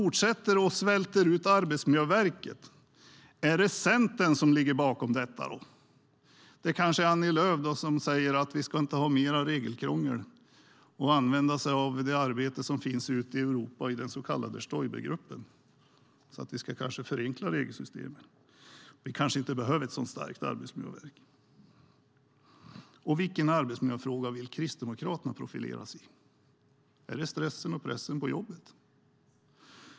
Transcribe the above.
Är det Centern som ligger bakom att Arbetsmiljöverket svälts ut? Det är kanske Annie Lööf som säger att det inte ska vara mer regelkrångel - och använder sig av argument som har förts fram i den så kallade Stoibergruppen i Europa om att förenkla regelsystemen. Det kanske inte behövs ett så starkt arbetsmiljöverk. Vilken arbetsmiljöfråga vill Kristdemokraterna profilera sig i? Är det stressen och pressen på jobbet?